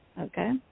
Okay